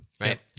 right